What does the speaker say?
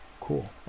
cool